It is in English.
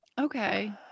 Okay